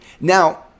Now